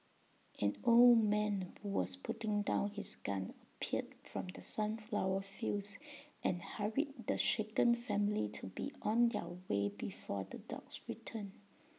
an old man who was putting down his gun appeared from the sunflower fields and hurried the shaken family to be on their way before the dogs return